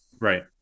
Right